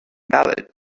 ballet